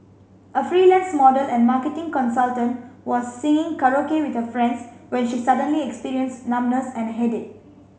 a freelance model and marketing consultant was singing karaoke with her friends when she suddenly experienced numbness and a headache